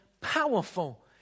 powerful